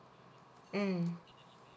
mm